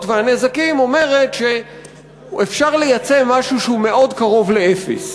והנזקים אומרת שאפשר לייצא משהו שהוא מאוד קרוב לאפס,